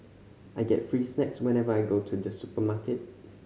I get free snacks whenever I go to the supermarket